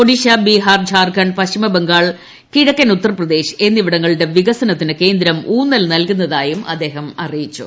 ഒഡീഷ് ബീഹാർ ഝാർഖണ്ഡ് പശ്ചിമബംഗാൾ കിഴക്കൻ ഉത്തർപ്രദേശ് എന്നിവിടങ്ങളുടെ വികസനത്തിന് കേന്ദ്രം ഊന്നൽ നല്കുന്നതായും അദ്ദേഹം പറഞ്ഞു